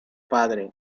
padre